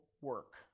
work